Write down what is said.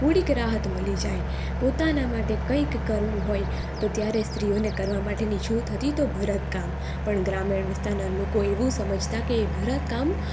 થોડીક રાહત મળી જાય પોતાના માટે કંઈક કરવું હોય તો ત્યારે સ્ત્રીઓને કરવા માટેની છુટ હતી તો ભરતકામ પણ ગ્રામીણ વિસ્તારના લોકો એવું સમજતા કે ભરતકામ